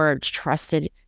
trusted